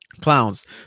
clowns